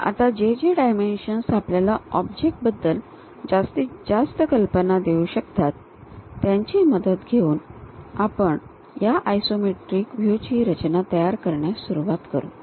आता जे जे डायमेन्शन्स आपल्याला ऑब्जेक्ट बद्दल जास्तीत जास्त कल्पना देऊ शकतात त्यांची मदत घेऊन आपण ह्या आयसोमेट्रिक व्ह्यू ची रचना तयार करण्यास सुरवात करू